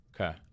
Okay